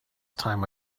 time